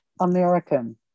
American